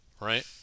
right